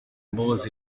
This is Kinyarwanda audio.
mbabazi